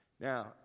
Now